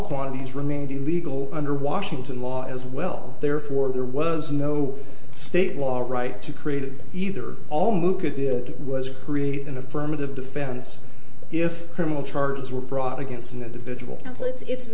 quantities remained the legal under washington law as well therefore there was no state law right to created either all moved at the it was create an affirmative defense if criminal charges were brought against